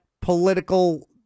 political